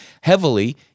heavily